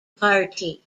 party